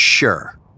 Sure